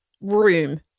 room